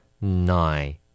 Nine